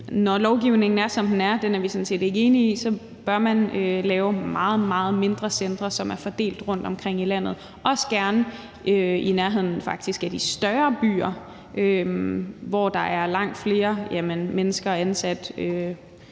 når lovgivningen er sådan, som den er – den er vi sådan set ikke enige i – bør lave meget, meget mindre centre, som er fordelt rundtomkring i landet, også gerne i nærheden af de større byer, hvor der er langt flere mennesker ansat